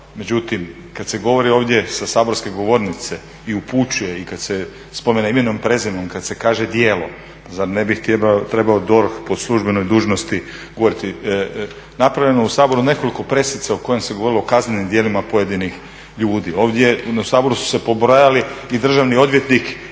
međutim kada se govori ovdje sa saborske govornice i upućuje i kada se spomene imenom i prezimenom i kada se kaže djelo, zar ne bi trebao DORH po službenoj dužnosti govoriti. Napravljeno je u Saboru nekoliko presica u kojima se govorilo o kaznenim djelima pojedinih ljudi. U Saboru su se pobrojali i državni odvjetnik je